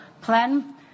plan